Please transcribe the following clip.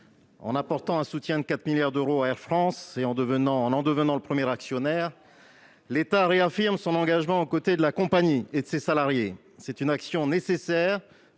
en apportant un soutien de 4 milliards d'euros à Air France et en en devenant le premier actionnaire, l'État réaffirme son engagement aux côtés de la compagnie et de ses salariés. C'est une action nécessaire